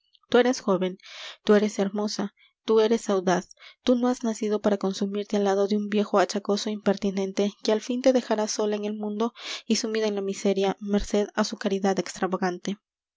tú eres joven tú eres hermosa tú eres audaz tú no has nacido para consumirte al lado de un viejo achacoso é impertinente que al fin te dejará sola en el mundo y sumida en la miseria merced á su caridad extravagante